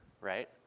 right